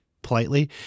politely